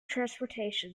transportation